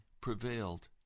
prevailed